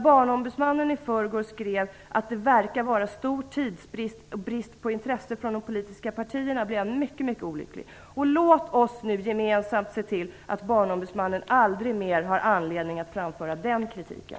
Barnombudsmannen skrev i förrgår att det verkar vara stor tidsbrist eller brist på intresse i de politiska partierna. Det gjorde mig mycket, mycket olycklig. Låt oss nu gemensamt se till att Barnombudsmannen aldrig mer har anledning att framföra den kritiken.